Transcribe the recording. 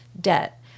debt